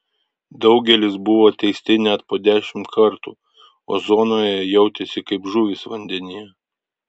daugelis buvo teisti net po dešimt kartų o zonoje jautėsi kaip žuvys vandenyje